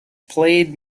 played